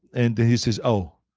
and he says, oh,